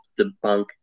debunk